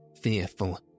fearful